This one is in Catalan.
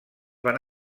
van